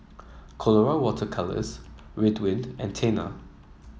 Colora Water Colours Ridwind and Tena